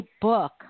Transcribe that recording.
book